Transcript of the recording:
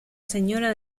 señora